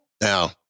Now